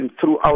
throughout